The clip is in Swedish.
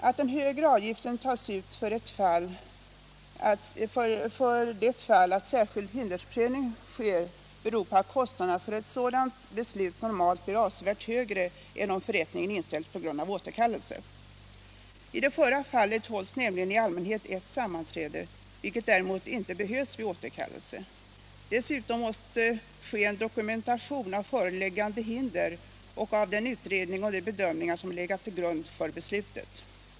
Att den högre avgiften tas ut för det fall att särskild hindersprövning sker beror på att kostnaderna för ett sådant beslut normalt blir avsevärt högre än om förrättningen inställs på grund av återkallelse. I det förra fallet hålls nämligen i allmänhet ett sammanträde, vilket däremot inte behövs vid återkallelse. Dessutom måste det ske en dokumentation av föreliggande hinder och av den utredning och de bedömningar som har legat till grund för beslutet.